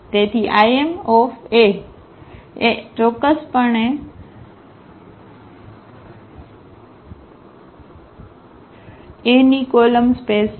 તેથી Im એ ચોક્કસપણે A ની કોલમ સ્પેસ છે